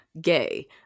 gay